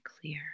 clear